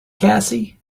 cassie